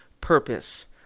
purpose